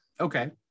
Okay